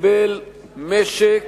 קיבל משק